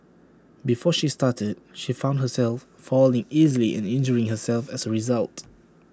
before she started she found herself falling easily and injuring herself as A result